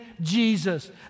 Jesus